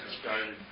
started